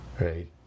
right